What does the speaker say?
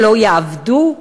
שלא יעבדו?